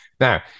Now